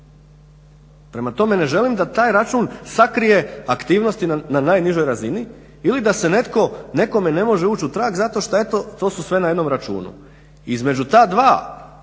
Prema tome, ne želim da taj račun sakrije aktivnosti na najnižoj razini ili da se nekome ne može ući u trag zato što eto to su sve na jednom računu. Između ta dva, dakle